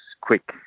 quick